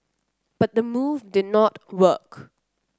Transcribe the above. but the move did not work